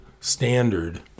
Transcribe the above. standard